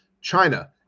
China